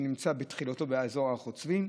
שנמצא בתחילתו באזור הר חוצבים,